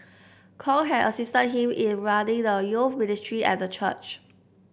Kong had assisted him in running the you ministry at the church